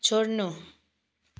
छोड्नु